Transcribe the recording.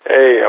Hey